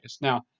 Now